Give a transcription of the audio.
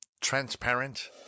transparent